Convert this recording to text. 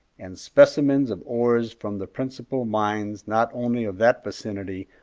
and specimens of ores from the principal mines not only of that vicinity,